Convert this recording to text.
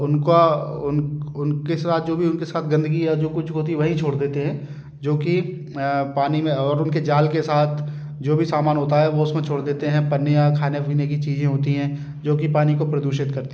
उनका उनके साथ जो भी उनके साथ गंदगी या जो कुछ होती वहीं छोड़ देते हैं जो कि पानी में और उनके जाल के साथ जो भी सामान होता है वो उस में छोड़ देते हैं परनियाँ खाने पीने की चीज़ें होती हैं जो कि पानी को प्रदूषित करती हैं